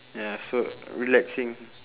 ya so relaxing